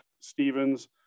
Stevens